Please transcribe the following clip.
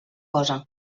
cosa